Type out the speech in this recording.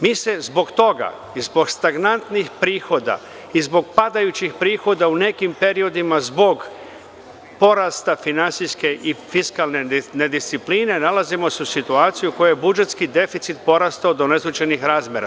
Mi se zbog toga i zbog stagnantnih prihoda i zbog padajućih prihoda u nekim periodima zbog porasta finansijske i fiskalne nediscipline nalazimo u situaciji gde je budžetski deficit porastao do neslućenih razmera.